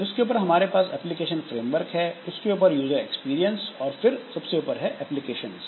उसके ऊपर हमारे पास एप्लीकेशन फ्रेमवर्क है उसके ऊपर यूजर एक्सपीरियंस और फिर सबसे ऊपर एप्लीकेशंस